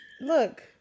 look